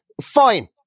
fine